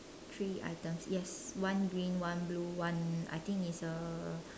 three items yes one green one blue one I think it's a